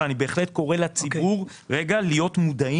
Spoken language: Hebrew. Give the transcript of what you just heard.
אבל אני בהחלט קורא לציבור להיות מודעים